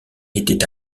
était